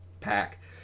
pack